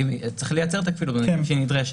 צריך לייצר את הכפילות במקרים שהיא נדרשת.